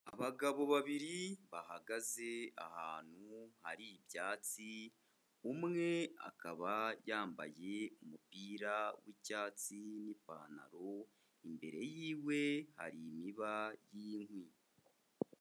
Abagabo babiri bahagaze ahantu hari ibyatsi, umwe akaba yambaye umupira w'icyatsi n'ipantaro, imbere y'iwe hari imiba y'inkwi.